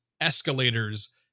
escalators